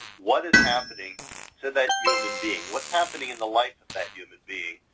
what is happening to that human being? what's happening in the life of that human being,